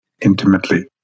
intimately